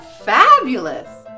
Fabulous